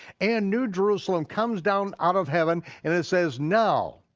and new jerusalem comes down out of heaven and it says now,